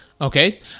Okay